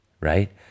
right